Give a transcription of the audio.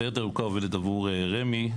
הסיירת הירוקה עובדת עבור רמ"י.